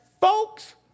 folks